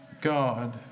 God